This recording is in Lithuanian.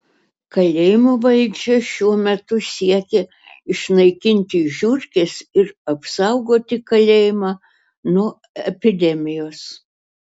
kalėjimo valdžia šiuo metu siekia išnaikinti žiurkes ir apsaugoti kalėjimą nuo epidemijos